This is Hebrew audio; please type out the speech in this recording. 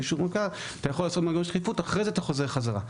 צריך אישור --- אתה יכול לעשות מנגנון דחיפות ואחרי זה אתה חוזר חזרה.